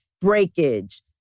breakage